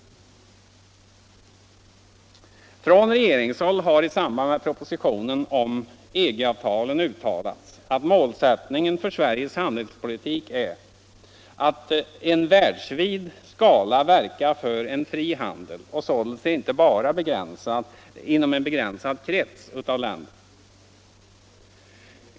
Från regeringshåll har i samband med propositionen om EG-avtalen uttalats att målsättningen för Sveriges handelspolitik är att i världsvid skala verka för en fri handel och således inte bara inom en begränsad krets av länder.